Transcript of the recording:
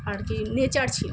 আর কি নেচার ছিল